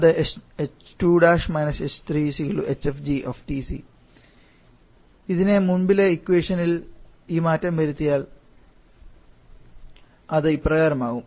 അത് h2− h3 hfg|TC ഇതിനെ മുൻപിലെ ഇക്വേഷൻ ഇൽ ഇ മാറ്റം വരുത്തിയാൽ അത് ഇപ്രകാരം ആകും